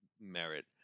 merit